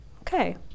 okay